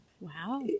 wow